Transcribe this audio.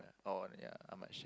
or ya how much